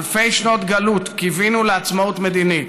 אלפי שנות גלות קיווינו לעצמאות מדינית.